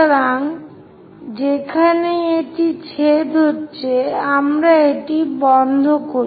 সুতরাং যেখানেই এটি ছেদ হচ্ছে আমরা এটি বন্ধ করি